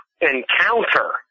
encounter